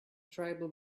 tribal